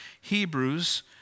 Hebrews